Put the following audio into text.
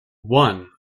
one